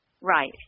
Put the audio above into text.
Right